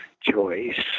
choice